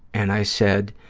and i said,